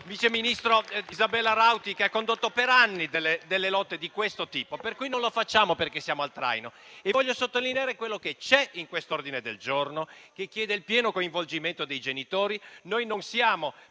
vice ministro Isabella Rauti, che ha condotto per anni lotte di questo tipo, per cui non siamo al traino di nessuno su questi temi. Voglio sottolineare quello che c'è in questo ordine del giorno, che chiede il pieno coinvolgimento dei genitori: noi non siamo